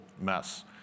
mess